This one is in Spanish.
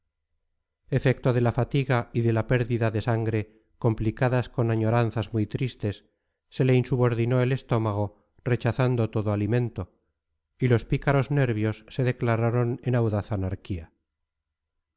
efecto de la fatiga y de la pérdida de sangre complicadas con añoranzas muy tristes se le insubordinó el estómago rechazando todo alimento y los pícaros nervios se declararon en audaz anarquía